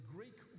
Greek